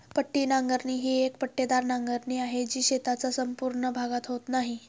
पट्टी नांगरणी ही एक पट्टेदार नांगरणी आहे, जी शेताचा संपूर्ण भागात होत नाही